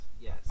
Yes